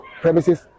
premises